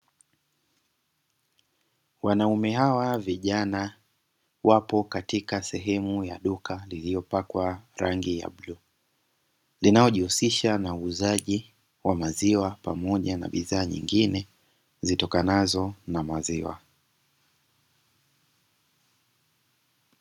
Wanaume hawa, vijana, wapo katika sehemu ya duka lililopakwa rangi ya blue. Linayojihusisha na uzaji wa maziwa pamoja na bidhaa nyingine zitokanazo na maziwa.